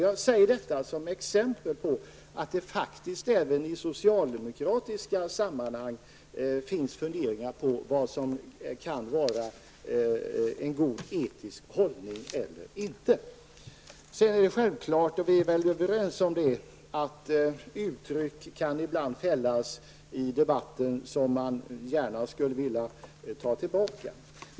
Jag säger detta som exempel på att faktiskt även socialdemokrater funderar över vad som kan vara en god etisk hållning eller inte. Sedan är det självklart, och vi är väl överens om det, att det ibland i debatten kan fällas yttranden som man gärna skulle vilja ta tillbaka.